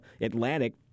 Atlantic